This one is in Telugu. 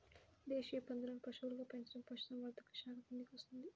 దేశీయ పందులను పశువులుగా పెంచడం పశుసంవర్ధక శాఖ కిందికి వస్తుంది